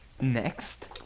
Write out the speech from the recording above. Next